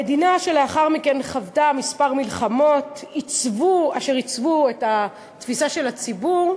המדינה לאחר מכן חוותה כמה מלחמות אשר עיצבו את התפיסה של הציבור,